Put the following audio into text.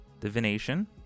Divination